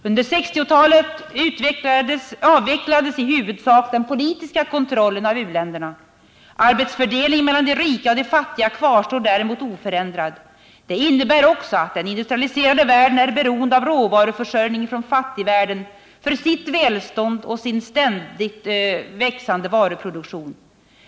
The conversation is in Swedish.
Under 1960-talet avvecklades i huvudsak den politiska kontrollen av u-länderna. Arbetsfördelningen mellan de rika och de fattiga kvarstår däremot oförändrad. Det innebär också att den industrialiserade världen är beroende av råvaruförsörjningen från fattigvärlden för sitt välstånd och sin ständigt växande varuproduktion.